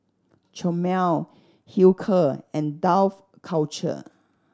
Chomel Hilker and Dough Culture